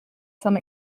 some